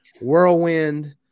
whirlwind